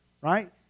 right